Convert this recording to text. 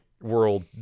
world